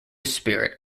spirit